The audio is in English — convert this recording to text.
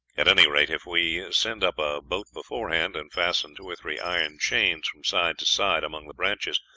at any rate, if we send up a boat beforehand, and fasten two or three iron chains from side to side among the branches,